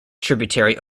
tributary